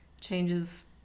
changes